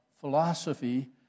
philosophy